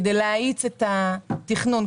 כדי להאיץ את התכנון,